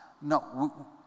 No